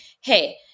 hey